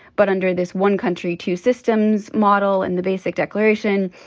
but under this one country, two systems model and the basic declaration,